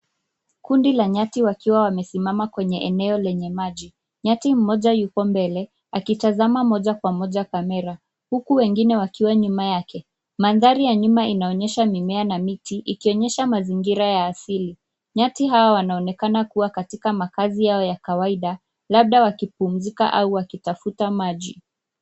Kundi la nyati wakiwa wamesimama kwenye eneo lenye maji. Nyati mmoja yupo mbele akitazama moja kwa moja kamera huku wengine wakiwa nyuma yake. Mandhari ya nyuma inaonyesha mimea na miti ikionyesha mazingira ya asili. Nyati hawa wanaonekana kuwa katika makaazi yao ya kawaida labda wakipumzika au wakitafuta maji.